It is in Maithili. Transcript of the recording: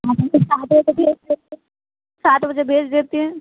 सात बजे भेज देती